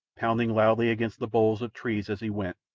pounding loudly against the boles of trees as he went,